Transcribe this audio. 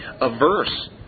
averse